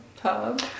Pub